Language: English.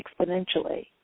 exponentially